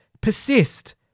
Persist